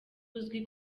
uzwi